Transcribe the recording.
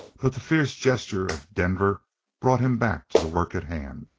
but the fierce gesture of denver brought him back to the work at hand.